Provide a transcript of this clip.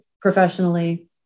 professionally